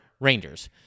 Rangers